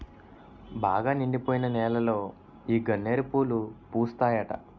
బాగా నిండిపోయిన నేలలో ఈ గన్నేరు పూలు పూస్తాయట